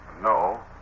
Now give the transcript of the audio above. no